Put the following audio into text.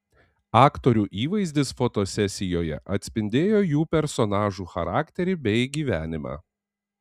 aktorių įvaizdis fotosesijoje atspindėjo jų personažų charakterį bei gyvenimą